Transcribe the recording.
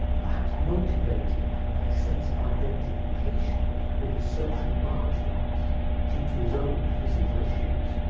perhaps motivated by a sense of identification with the socially marginalized due to his own physical issues.